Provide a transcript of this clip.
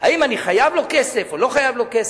אם אני חייב לו כסף או לא חייב לו כסף,